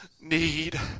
need